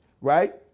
right